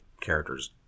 characters